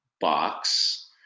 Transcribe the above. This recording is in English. box